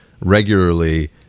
regularly